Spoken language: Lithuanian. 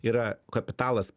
yra kapitalas